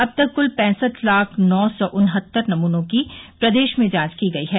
अब तक क्ल पैसठ लाख नौ सौ उनहत्तर नमूनों की प्रदेश में जांच की गई है